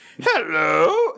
Hello